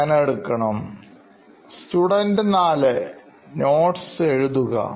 പേന എടുക്കണം Student 4 notes എഴുതുക